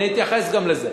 אני אתייחס גם לזה.